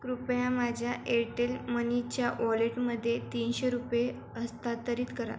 कृपया माझ्या एरटेल मनीच्या वॉलेटमध्ये तीनशे रुपये हस्तांतरित करा